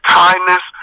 kindness